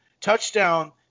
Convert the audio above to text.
touchdown